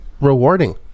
rewarding